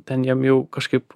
ten jam jau kažkaip